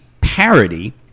parody